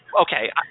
Okay